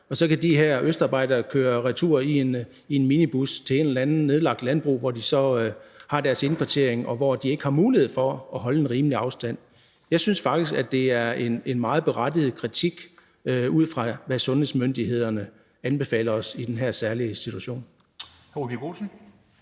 Og så kan de her østarbejdere køre retur i en minibus til et eller andet nedlagt landbrug, hvor de så har deres indkvartering, og hvor de ikke har mulighed for at holde en rimelig afstand. Jeg synes faktisk, det er en meget berettiget kritik, ud fra hvad sundhedsmyndighederne anbefaler os i den her særlige situation.